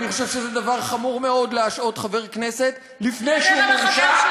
אני חושב שזה דבר חמור מאוד להשעות חבר כנסת מהכנסת לפני שהוא מורשע.